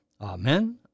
Amen